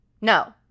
No